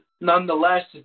Nonetheless